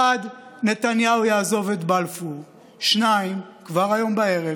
1. נתניהו יעזוב את בלפור, 2. כבר היום בערב